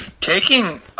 taking